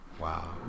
Wow